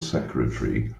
secretary